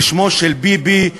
בשמו של ביבי,